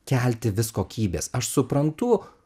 kelti vis kokybės aš suprantu